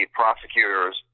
prosecutors